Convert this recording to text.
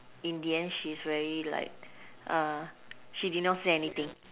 in the end she's very like err she did not say anything